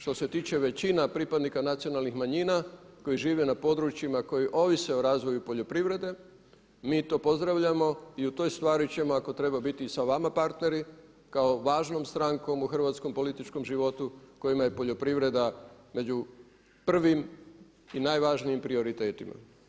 Što se tiče većina pripadnika nacionalnih manjina koji žive na područjima koji ovise o razvoju poljoprivrede mi to pozdravljamo i u toj stvari ćemo ako treba biti i sa vama partneri kao važnom strankom u hrvatskom političkom životu kojima je poljoprivreda među prvim i najvažnijim prioritetima.